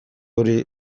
hori